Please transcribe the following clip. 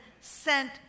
sent